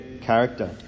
character